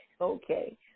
okay